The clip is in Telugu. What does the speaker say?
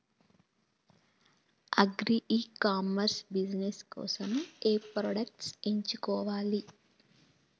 అగ్రి ఇ కామర్స్ బిజినెస్ కోసము ఏ ప్రొడక్ట్స్ ఎంచుకోవాలి?